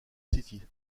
city